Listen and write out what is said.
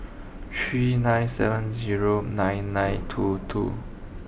three nine seven zero nine nine two two